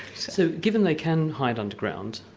so given they can hide underground,